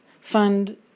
fund